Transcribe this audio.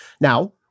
Now